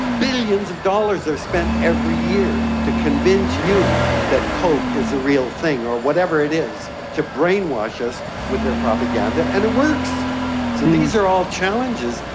billions of dollars are spent every year to convince you that coke is the real thing, or whatever it is, to brainwash us with their propaganda, and it works. so these are all challenges.